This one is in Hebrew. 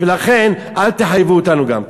לכן, אל תחייבו אותנו גם כן.